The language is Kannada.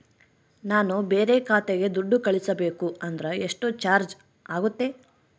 ನಾನು ಬೇರೆ ಖಾತೆಗೆ ದುಡ್ಡು ಕಳಿಸಬೇಕು ಅಂದ್ರ ಎಷ್ಟು ಚಾರ್ಜ್ ಆಗುತ್ತೆ?